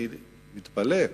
אני מתפלא,